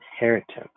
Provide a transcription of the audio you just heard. inheritance